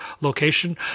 location